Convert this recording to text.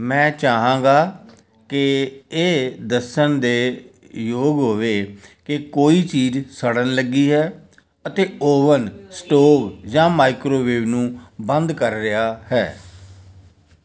ਮੈਂ ਚਾਹਾਂਗਾ ਕਿ ਇਹ ਦੱਸਣ ਦੇ ਯੋਗ ਹੋਵੇ ਕਿ ਕੋਈ ਚੀਜ਼ ਸੜਨ ਲੱਗੀ ਹੈ ਅਤੇ ਓਵਨ ਸਟੋਵ ਜਾਂ ਮਾਈਕ੍ਰੋਵੇਵ ਨੂੰ ਬੰਦ ਕਰ ਰਿਹਾ ਹੈ